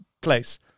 place